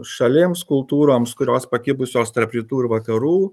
šalims kultūroms kurios pakibusios tarp rytų ir vakarų